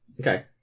Okay